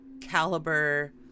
caliber